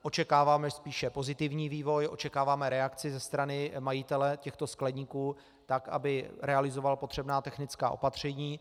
Očekáváme spíše pozitivní vývoj, očekáváme reakci ze strany majitele těchto skleníků tak, aby realizoval potřebná technická opatření.